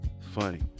Funny